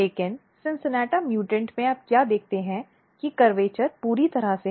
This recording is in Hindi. लेकिन CINCINNATA म्यूटेंट में आप क्या देखते हैं कि कर्वेचर् पूरी तरह से है